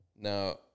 Now